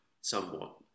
somewhat